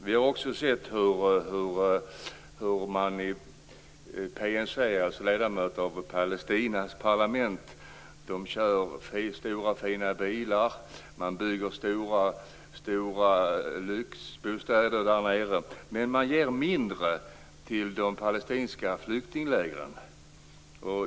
Vi har också sett hur man i PNC, dvs. ledamöter av Palestinas parlament, kör stora fina bilar och hur man bygger lyxbostäder där nere. Men man ger mindre till de palestinska flyktinglägren.